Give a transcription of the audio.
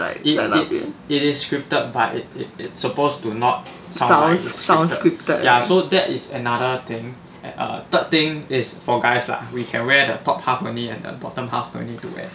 it it's it is scripted but it it it supposed to not sound like it's scripted ya so that is another thing and err third thing is for guys lah we can wear the top half only bottom half don't need to wear